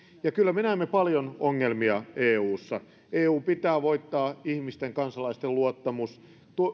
kyllä me näemme paljon ongelmia eussa eun pitää voittaa ihmisten kansalaisten luottamus